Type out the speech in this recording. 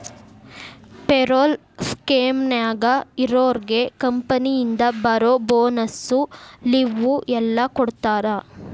payroll ಸ್ಕೇಮ್ನ್ಯಾಗ ಇರೋರ್ಗೆ ಕಂಪನಿಯಿಂದ ಬರೋ ಬೋನಸ್ಸು ಲಿವ್ವು ಎಲ್ಲಾ ಕೊಡ್ತಾರಾ